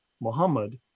Muhammad